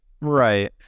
Right